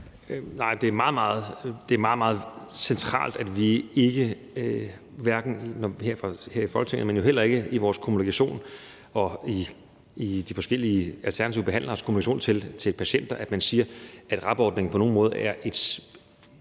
er meget, meget centralt, at vi hverken her i Folketinget eller i vores kommunikation eller i de forskellige alternative behandleres kommunikation til patienter siger, at RAB-ordningen på nogen måde udgør